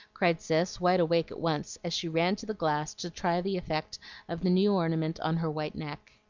cried cis, wide awake at once, as she ran to the glass to try the effect of the new ornament on her white neck.